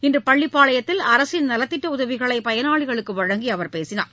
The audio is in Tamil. இன்று பள்ளிப்பாளையத்தில் அரசின் நலத்திட்ட உதவிகளை பயனாளிகளுக்கு வழங்கி அவர் பேசினார்